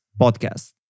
podcast